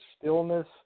stillness